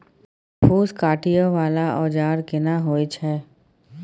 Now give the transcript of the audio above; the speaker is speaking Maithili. फूस काटय वाला औजार केना होय छै?